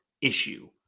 issue